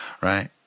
right